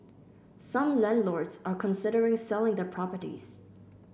some landlords are considering selling their properties